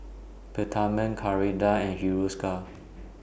Peptamen Ceradan and Hiruscar